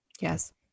Yes